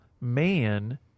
man